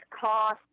cost